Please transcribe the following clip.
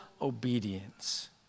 obedience